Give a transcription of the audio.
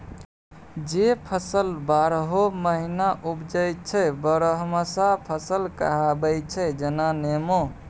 जे फसल बारहो महीना उपजै छै बरहमासा फसल कहाबै छै जेना नेबो